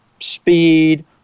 speed